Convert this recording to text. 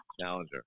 Challenger